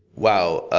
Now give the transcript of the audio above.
wow!